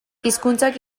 hizkuntzak